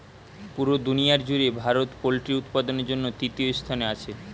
পুরা দুনিয়ার জুড়ে ভারত পোল্ট্রি উৎপাদনের জন্যে তৃতীয় স্থানে আছে